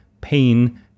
pain